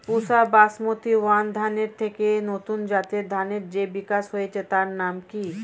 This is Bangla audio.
পুসা বাসমতি ওয়ান ধানের থেকে নতুন জাতের ধানের যে বিকাশ হয়েছে তার নাম কি?